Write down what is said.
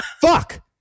Fuck